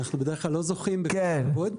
אנחנו בדרך כלל לא זוכים בכזה כבוד.